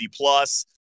plus